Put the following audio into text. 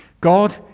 God